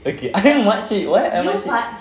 okay I makcik what I makcik